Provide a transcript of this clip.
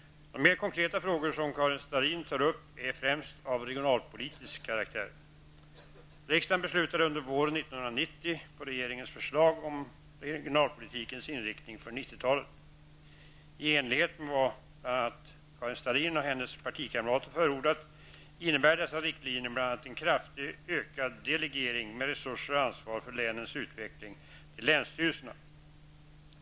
De mer konkreta frågor som Karin Starrin tar upp är främst av regionalpolitisk karaktär. Riksdagen beslutade under våren 1990, på regeringens förslag, om regionalpolitikens inriktning för 90-talet. I enlighet med vad bland andra Karin Starrin och hennes partikamrater förordat, innebär dessa riktlinjer bl.a. en kraftigt ökad delegering av resurser och ansvar för länens utveckling till länsstyrelserna.